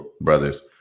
Brothers